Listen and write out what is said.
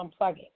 unplugging